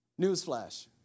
Newsflash